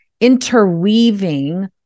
interweaving